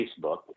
Facebook